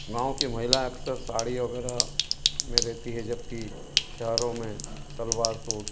गाँव कि महिला अक्सर साड़ी वगेरह में रहती हैं जब कि शहरों में सलवार सूट